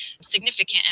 significant